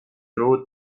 wrote